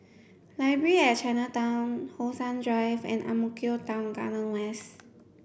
Library at Chinatown How Sun Drive and Ang Mo Kio Town Garden West